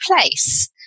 place